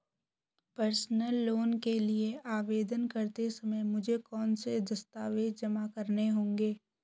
Personal loan के लिए आवेदन करते समय मुझे कौन से दस्तावेज़ जमा करने होंगे?